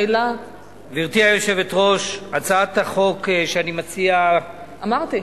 גברתי היושבת-ראש, הצעת החוק שאני מציע, אמרתי,